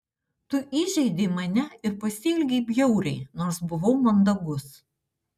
tu įžeidei mane ir pasielgei bjauriai nors buvau mandagus